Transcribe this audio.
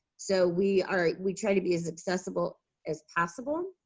so we are, we try to be as accessible as possible.